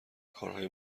کارهای